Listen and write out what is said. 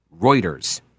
Reuters